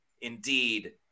indeed